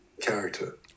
character